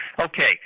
Okay